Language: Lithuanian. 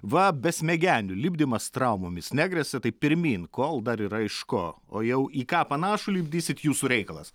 va besmegenių lipdymas traumomis negresia tai pirmyn kol dar yra iš ko o jau į ką panašų lipdysit jūsų reikalas